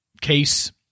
case